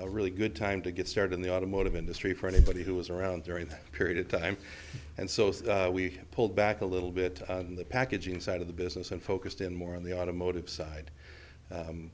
a really good time to get started in the automotive industry for anybody who was around during that period of time and so we pulled back a little bit on the packaging side of the business and focused in more on the automotive side